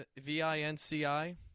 V-I-N-C-I